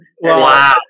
Wow